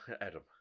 Adam